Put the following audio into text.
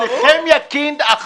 נחמיה קינד,